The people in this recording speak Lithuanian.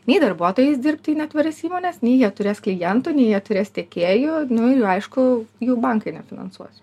nei darbuotojai eis dirbti į netvarias įmones nei jie turės klientų nei turės tiekėjų nu ir aišku jų bankai nefinansuos